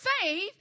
faith